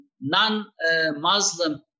non-Muslim